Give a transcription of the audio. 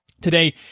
Today